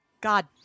God